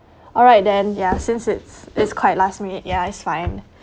alright then ya since it's it's quite last minute ya it's fine